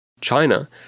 China